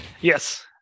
Yes